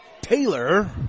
Taylor